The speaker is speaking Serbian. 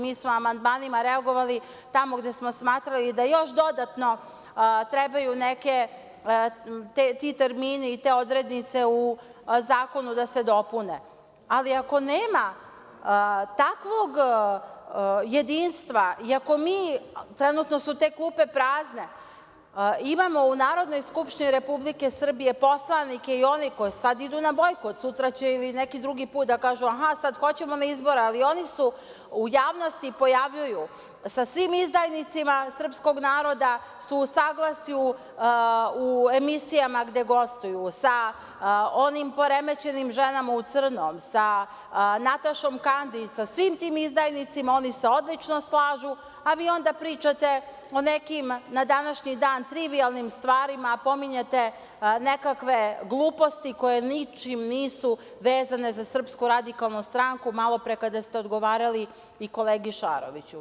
Mi smo amandmanima reagovali tamo gde smo smatrali da još dodatno trebaju ti termini i te odrednice u zakonu da se dopune, ali ako nema takvog jedinstva i ako mi, trenutno su te klupe prazne, imamo u Narodnoj skupštini Republike Srbije poslanike i one koji sada idu na bojkot, sutra će ili neki drugi put da kažu – sada hoćemo na izbori, ali oni se u javnosti pojavljuju sa svim izdajnicima srpskog naroda su u saglasju u emisijama gde gostuju, sa onim poremećenim ženama u crnom, sa Natašom Kandić, sa svim tim izdajnicima oni se odlično slažu, a vi onda pričate o nekim, na današnji dan, trivijalnim stvarima, pominjete nekakve gluposti koje ničim nisu vezane za SRS, malopre kada ste odgovarali i kolegi Šaroviću.